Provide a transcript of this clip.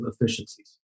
efficiencies